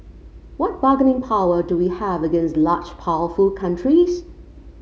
what bargaining power do we have against large powerful countries